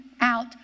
out